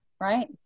Right